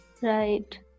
Right